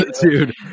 Dude